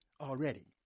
already